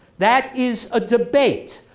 that is a debate,